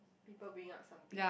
people bring up something